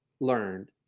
learned